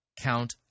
Count